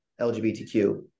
lgbtq